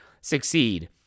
succeed